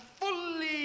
fully